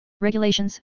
Regulations